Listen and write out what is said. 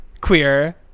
queer